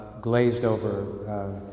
glazed-over